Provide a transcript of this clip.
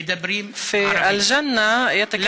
מדברים ערבית.